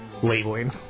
Labeling